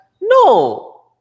No